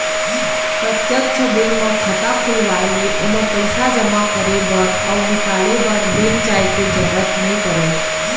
प्रत्यक्छ बेंक म खाता खोलवाए ले ओमा पइसा जमा करे बर अउ निकाले बर बेंक जाय के जरूरत नइ परय